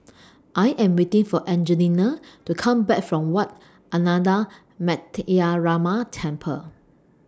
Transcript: I Am waiting For Angelina to Come Back from Wat Ananda Metyarama Temple